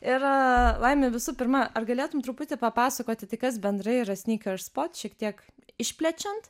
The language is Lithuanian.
ir laimė visų pirma ar galėtum truputį papasakoti tai kas bendrai yra snyker spot šiek tiek išplečiant